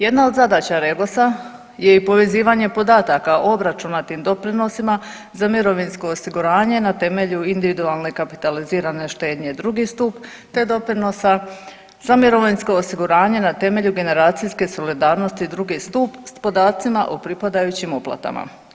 Jedna od zadaća Regosa je i povezivanje podataka obračunatim doprinosima za mirovinsko osiguranje na temelju individualne kapitalizirane štednje drugi stup, te doprinosa za mirovinsko osiguranje na temelju generacijske solidarnosti drugi stup s podacima o pripadajućim uplatama.